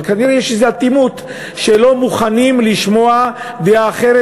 כנראה יש איזו אטימות שלא מוכנים לשמוע דעה אחרת,